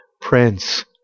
Prince